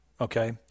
okay